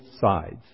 sides